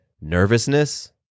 nervousness